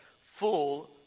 Full